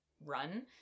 run